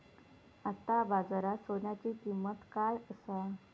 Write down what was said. आता बाजारात सोन्याची किंमत काय असा?